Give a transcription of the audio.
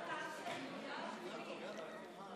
בגלל שאף אזרח במדינת ישראל לא יכול לסמוך על